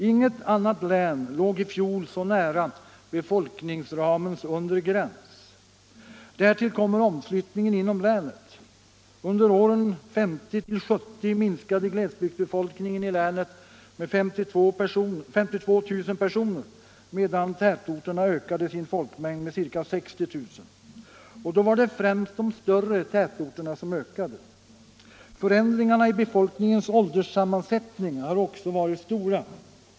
Inget annat län låg i fjol så nära befolkningsramens under gräns. Därtill kommer omflyttningen inom länet. Under åren 1950-1970 minskade glesbygdsbefolkningen i länet med 52 000 personer medan tätorterna ökade sin folkmängd med ca 60 000. Och då var det främst de större tätorterna som ökade. Förändringarna i befolkningens ålderssammansättning har också varit stora.